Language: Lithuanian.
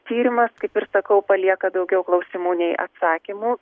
tyrimas kaip ir sakau palieka daugiau klausimų nei atsakymų